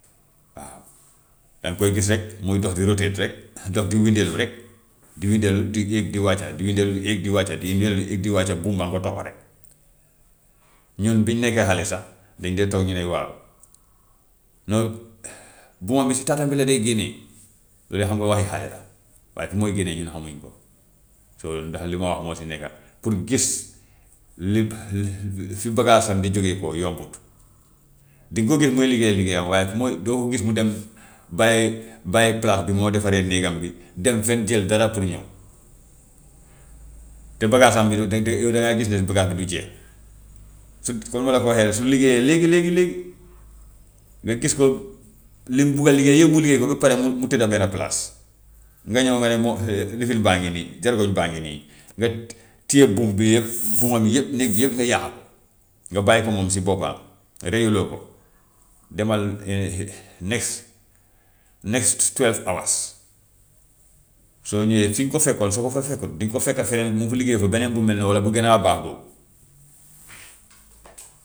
Waaw danga koy gis rek muy dox di rotate rek, dox di windéelu rek, di windéelu, di éeg di wàcca, di windéelu di éeg di wàcca, di windéelu di éeg di wàcca, buum baa ngi ko topp rek. Ñun bi ñu nekkee xale sax dañu dee toog ñu ne waaw no buumam bi si taatam bi la dee génnee, loole xam nga waxi xale la, waaye fi muy génnee ñun xamuñu ko. So ndax li ma wax moo si nekka, pour gis li li fi bagaasam bi jógee koo yombut. Dinga ko gis muy liggéey liggéeyam waaye fu muy, doo ko gis mu dem bàyyi bàyyi palaas bi muy defaree néegam bi dem fenn jël dara pour ñëw, te bagaasam bi da- da- yow dangay gis ne bagaasam bi du jeex. Su comme ni ma la ko waxee rek su liggéeyee léegi léegi léegi nga gis ko li mu bugg a liggéey yëpp mu liggéey ko ba pare mu mu tëdda benn palaas, nga ñëw nga ne moo lifin baa ngi nii jargoñ baa ngi nii, nga téye buum bi yëpp buumam yëpp néeg bi yëpp nga yàq ko, nga bàyyi ko moom si boppam reyuloo ko, demal next next twelve hours soo ñëwee fi nga ko fekkoon soo ko fa fekkut dinga ko fekk feneen mu liggéey fa beneen bu mel noonu walla bu gën a baax boobu.